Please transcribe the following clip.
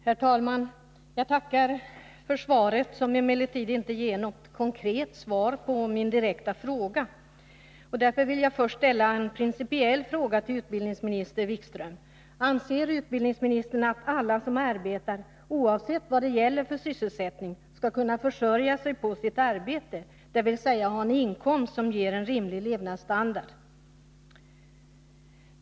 Herr talman! Jag tackar för svaret, som emellertid inte ger något konkret besked på min direkta fråga. Därför vill jag först ställa en principiell fråga till utbildningsminister Wikström: Anser utbildningsministern att alla som arbetar, oavsett vad det gäller för sysselsättning, skall kunna försörja sig på sitt arbete, dvs. ha en inkomst som ger en rimlig levnadsstandard?